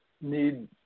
need